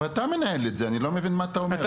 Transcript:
אבל אתה מנהל את זה, אני לא מבין מה אתה אומר.